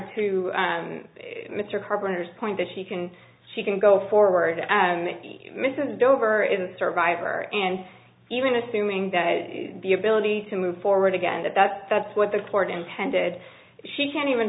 to mr carpenter's point that she can she can go forward as mrs dover survivor and even assuming that the ability to move forward again that that's what the court intended she can't even